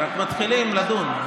רק מתחילים לדון.